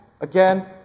again